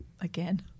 Again